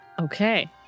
Okay